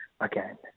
again